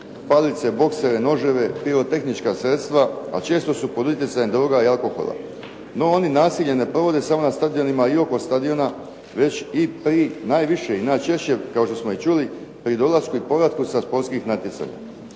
palice, boksere, noževe, pirotehnička sredstava a često su pod utjecajem droga i alkohola. No oni nasilje ne provode samo na stadionima i oko stadiona već i prije najviše i najčešće kao što smo i čuli pri dolasku i povratku sa sportskih natjecanja.